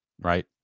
right